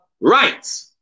Right